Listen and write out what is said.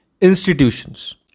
institutions